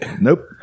Nope